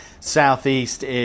southeast